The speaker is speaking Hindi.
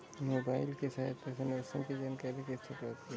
मोबाइल की सहायता से मौसम की जानकारी कैसे प्राप्त करें?